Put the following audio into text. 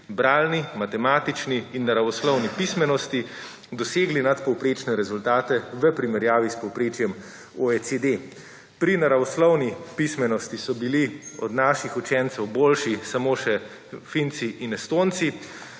bralni, matematični in naravoslovni pismenosti dosegli nadpovprečne rezultate v primerjavi s povprečjem OECD. Pri naravoslovni pismenosti so bili od naših učencev boljši samo še Finci in Estonci,